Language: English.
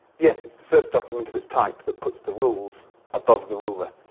yes, it's the first document of its type that puts the rules above the ruler.